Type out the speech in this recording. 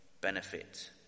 Benefit